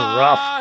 rough